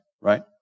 right